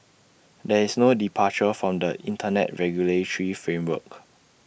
there is no departure from the Internet regulatory framework